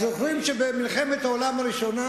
זוכרים שבמלחמת העולם הראשונה,